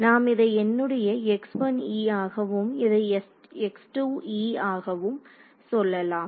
நாம் இதை என்னுடைய x1e ஆகவும் இதை x2e ஆகவும் சொல்லலாம்